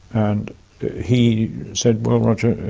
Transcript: and he said, roger,